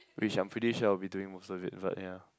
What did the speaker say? which I'm pretty sure I'll be doing most of it but yeah